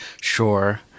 Sure